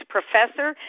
Professor